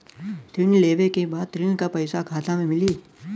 ऋण लेवे के बाद ऋण का पैसा खाता में मिली?